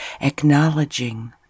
acknowledging